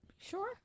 Sure